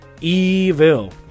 Evil